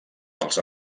pels